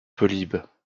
polybe